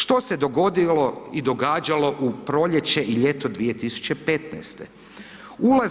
Što se dogodilo i događalo u proljeće i ljeto 2015.-te?